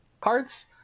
cards